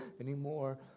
anymore